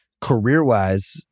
career-wise